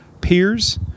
peers